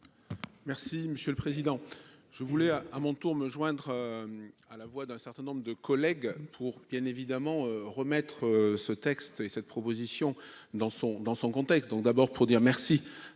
Merci monsieur le président je voulais à mon tour me joindre à la voix d'un certain nombre de collègues pour bien évidemment remettre ce texte et cette proposition dans son dans son contexte, donc d'abord pour dire merci